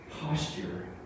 posture